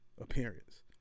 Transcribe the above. appearance